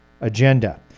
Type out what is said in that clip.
agenda